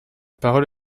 parole